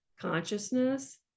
consciousness